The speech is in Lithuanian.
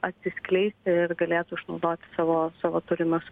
atsiskleisti ir galėtų išnaudoti savo savo turimas